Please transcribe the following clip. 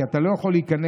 כי אתה לא יכול להיכנס